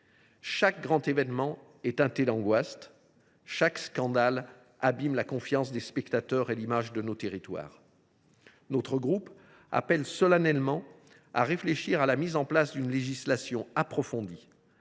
chaque grand événement. Chaque scandale abîme la confiance des spectateurs et l’image de nos territoires. Le groupe du RDSE appelle solennellement à réfléchir à la mise en place d’une législation approfondie,